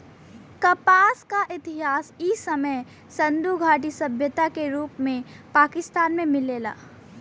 कपास क इतिहास इ समय सिंधु घाटी सभ्यता के रूप में पाकिस्तान में मिलेला